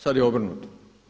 Sada je obrnuto.